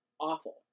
awful